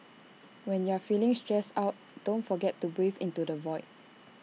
when you are feeling stressed out don't forget to breathe into the void